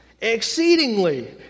exceedingly